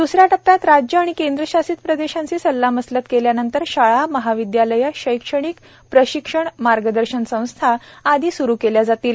द्रसऱ्या टप्प्यात राज्ये आणि केंद्रशासित प्रदेशांशी सल्लामसलत केल्यानंतर शाळा महाविद्यालये शैक्षणिक प्रशिक्षण मार्गदर्शन संस्था आदी सूरु केल्या जातील